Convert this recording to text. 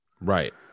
right